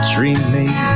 dreaming